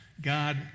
God